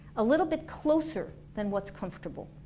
a little bit closer than what's comfortable